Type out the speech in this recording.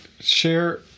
Share